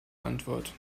antwort